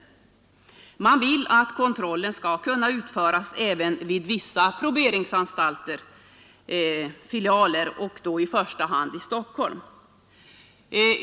Reservanterna vill att kontrollen skall kunna utföras även vid vissa proberingsfilialer och då i första hand i Stockholm.